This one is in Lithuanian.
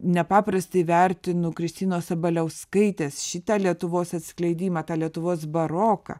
nepaprastai vertinu kristinos sabaliauskaitės šitą lietuvos atskleidimą tą lietuvos baroką